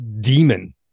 demon